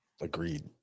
agreed